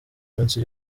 minsi